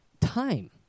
time